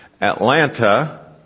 Atlanta